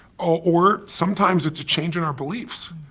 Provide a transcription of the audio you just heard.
or sometimes it's a change in our beliefs.